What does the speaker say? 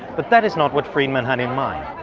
but that is not what friedman had in mind.